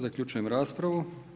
Zaključujem raspravu.